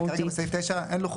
כרגע בסעיף (9) אין לוחות